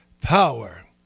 Power